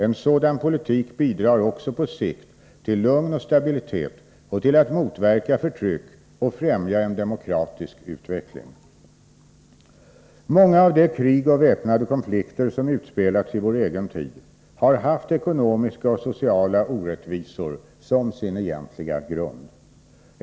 En sådan politik bidrar också på sikt till lugn och stabilitet och till att motverka förtryck och främja en demokratisk utveckling. Många av de krig och väpnade konflikter som utspelats i vår egen tid har haft ekonomiska och sociala orättvisor som sin egentliga grund.